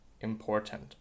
important